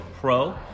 Pro